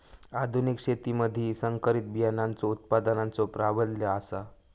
आधुनिक शेतीमधि संकरित बियाणांचो उत्पादनाचो प्राबल्य आसा